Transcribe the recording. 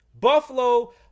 Buffalo